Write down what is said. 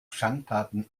schandtaten